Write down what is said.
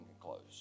close